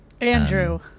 Andrew